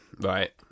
Right